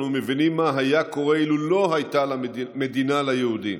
אנו מבינים מה היה קורה אילו לא הייתה מדינה ליהודים.